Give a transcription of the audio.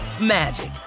magic